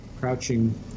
crouching